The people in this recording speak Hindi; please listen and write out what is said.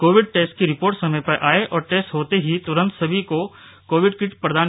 कोविड टेस्ट की रिपोर्ट समय पर आए और टेस्ट होते ही तुरंत सभी को कोविड किट दिया जाए